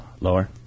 Lower